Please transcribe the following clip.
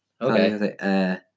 Okay